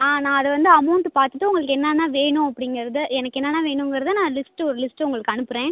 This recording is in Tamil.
ஆ நான் அதை வந்து அமௌண்ட்டு பார்த்துட்டு உங்களுக்கு என்னென்ன வேணும் அப்படிங்கிறத எனக்கு என்னென்ன வேணுங்கிறதை நான் லிஸ்ட்டு ஒரு லிஸ்ட்டு உங்களுக்கு அனுப்புகிறேன்